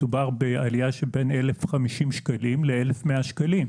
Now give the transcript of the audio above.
מדובר בעלייה של בין 1,050 שקלים ל-1,100 שקלים.